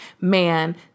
man